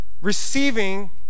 receiving